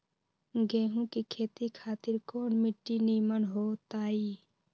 गेंहू की खेती खातिर कौन मिट्टी निमन हो ताई?